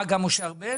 גם משה ארבל?